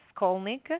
Skolnick